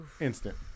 instant